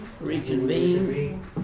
reconvene